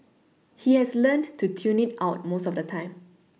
he has learnt to tune it out most of the time